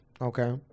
Okay